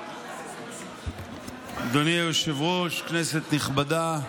אדוני היושב-ראש, כנסת נכבדה,